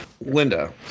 Linda